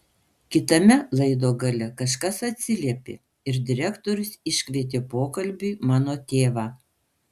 kitame laido gale kažkas atsiliepė ir direktorius iškvietė pokalbiui mano tėvą